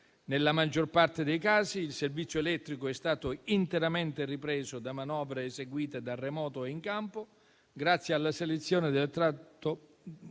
Nella maggior parte dei casi, il servizio elettrico è stato interamente ripreso da manovre eseguite da remoto e in campo, grazie alla selezione del tratto